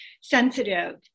sensitive